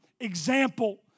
example